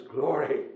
glory